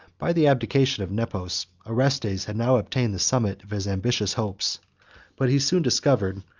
by the abdication of nepos, orestes had now attained the summit of his ambitious hopes but he soon discovered,